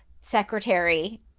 Secretary